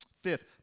Fifth